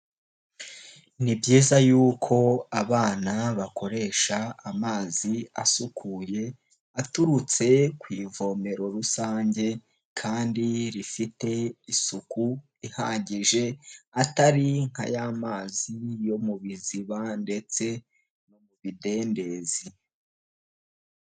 Ni byiza yuko abana bakoresha amazi asukuye, aturutse ku ivomero rusange kandi rifite isuku ihagije, atari nka ya mazi yo mu biziba ndetse no mu bidendezi.